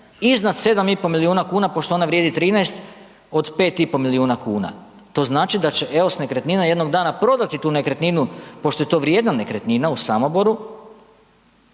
iznad 7,5 milijuna kuna pošto ona vrijedi 13 od 5,5 milijuna kuna. To znači da će EOS nekretnina jednog dana prodati tu nekretninu pošto je to vrijedna nekretnina u Samoboru